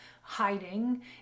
hiding